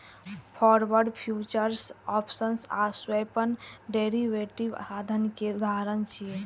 forward, futures, options आ swap derivative साधन के उदाहरण छियै